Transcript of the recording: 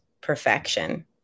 perfection